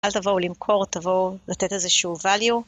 אל תבואו למכור, תבואו לתת איזשהו value.